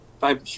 five